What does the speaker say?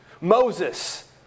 Moses